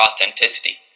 authenticity